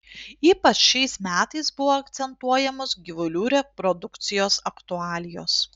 ypač šiais metais buvo akcentuojamos gyvulių reprodukcijos aktualijos